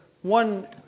one